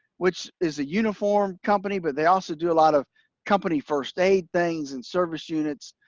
which is a uniform company, but they also do a lot of company first-aid things and service units.